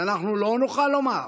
ואנחנו לא נוכל לומר